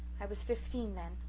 i was fifteen then.